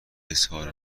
اظهار